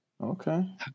Okay